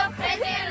crazy